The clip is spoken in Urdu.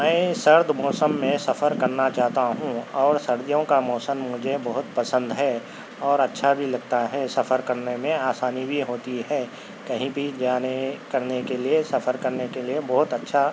میں سرد موسم میں سفر کرنا چاہتا ہوں اور سردیوں کا موسم مجھے بہت پسند ہے اور اچھا بھی لگتا ہے سفر کرنے میں آسانی بھی ہوتی ہے کہیں بھی جانے کرنے کے لئے سفر کرنے کے لئے بہت اچھا